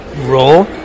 role